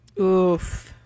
Oof